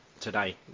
today